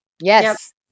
yes